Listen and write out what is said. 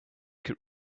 could